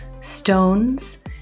Stones